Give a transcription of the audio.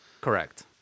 Correct